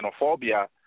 xenophobia